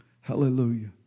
Hallelujah